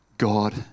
God